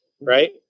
Right